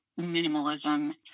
minimalism